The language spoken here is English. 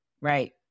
Right